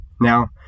Now